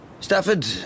Stafford